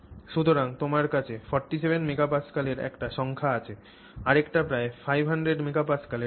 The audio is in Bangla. সুতরাং তোমার কাছে 47 MPa এর একটি সংখ্যা আছে আরেকটা প্রায় 500 MPa এর সমান